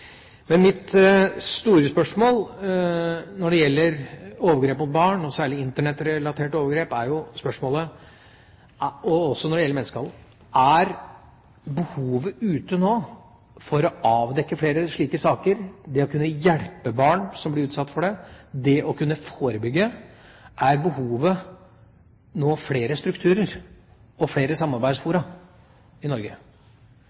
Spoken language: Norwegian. Mitt store spørsmål når det gjelder overgrep mot barn, særlig Internett-relaterte overgrep, men også når det gjelder menneskehandel, er: Er behovet nå – for å avdekke flere slike saker, å kunne hjelpe barn som blir utsatt for det, og for å kunne forebygge – flere strukturer og flere samarbeidsfora i Norge?